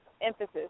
Emphasis